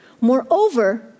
Moreover